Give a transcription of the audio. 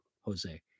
Jose